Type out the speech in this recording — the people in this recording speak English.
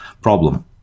problem